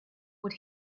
what